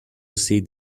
sit